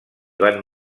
van